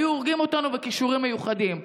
היו הורגים אותנו בכישורים מיוחדים,